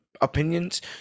opinions